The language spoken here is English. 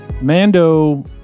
mando